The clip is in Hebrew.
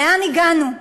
לאן הגענו?